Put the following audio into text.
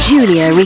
Julia